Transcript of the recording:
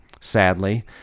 sadly